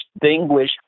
distinguish